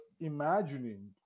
imagining